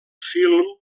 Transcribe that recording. film